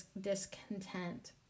discontent